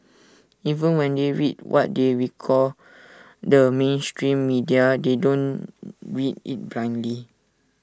even when they read what they recall the mainstream media they don't read IT blindly